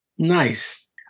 Nice